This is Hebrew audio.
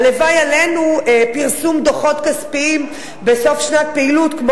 הלוואי עלינו פרסום דוחות כספיים בסוף שנת פעילות כמו